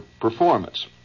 performance